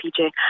PJ